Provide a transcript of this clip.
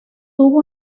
tuvo